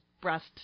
breast